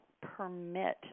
permit